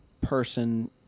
person